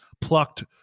plucked